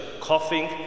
coughing